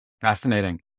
Fascinating